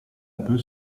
peu